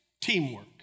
teamwork